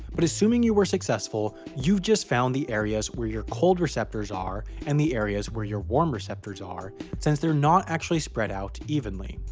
but assuming you were successful, you've just found the areas where your cold receptors and and the areas where your warm receptors are since they're not actually spread out evenly.